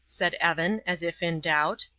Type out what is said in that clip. said evan, as if in doubt.